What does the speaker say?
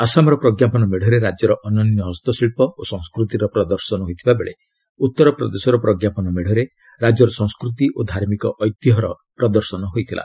ଆସାମର ପ୍ରଜ୍ଞପନ ମେଢ଼ରେ ରାଜ୍ୟର ଅନନ୍ୟ ହସ୍ତଶିଳ୍ପ ଓ ସଂସ୍କୃତିର ପ୍ରଦର୍ଶନ ହୋଇଥିବାବେଳେ ଉତ୍ତର ପ୍ରଦେଶର ପ୍ରଜ୍ଞାପନ ମେଢ଼ରେ ରାଜ୍ୟର ସଂସ୍କୃତି ଓ ଧାର୍ମିକ ଐତିହ୍ୟର ପ୍ରଦର୍ଶନ ହୋଇଥିଲା